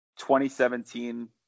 2017